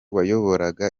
wayoboraga